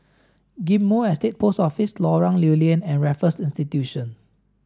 Ghim Moh Estate Post Office Lorong Lew Lian and Raffles Institution